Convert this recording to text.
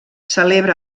celebra